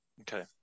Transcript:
Okay